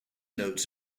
notes